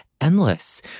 endless